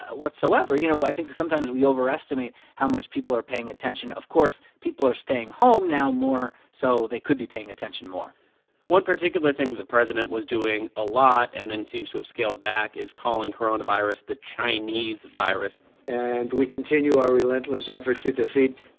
whatsoever. you know, i think sometimes we overestimate how much people are paying attention. of course, people are staying home now more, so they could be paying attention more one particular thing the president was doing a lot and then seems to have scaled back is calling coronavirus the chinese virus and we continue our relentless effort to defeat